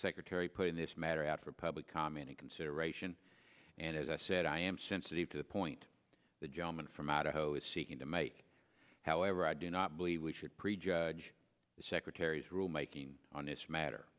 secretary putting this matter out for public comment in consideration and as i said i am sensitive to the point the gentleman from matter how it seeking to make however i do not believe we should prejudge the secretary's rulemaking on this matter